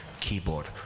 keyboard